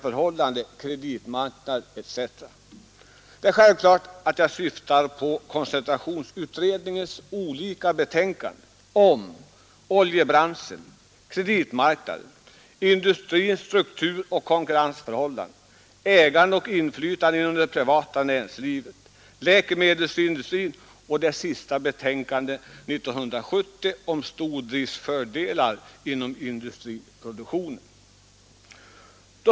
I första hand har ett omfattande utredningsarbete genomförts beträffande den svenska industrins strukturoch ägandeförhållanden, kreditmarknad etc. Jag syftar naturligtvis på koncentrationsutredningens olika betänkanden om oljebranschen, kreditmarknaden, industrins strukturoch konkurrensförhållanden, ägande och inflytande inom det privata näringslivet, läkemedelsindustrin och stordriftsfördelar inom industriproduktionen.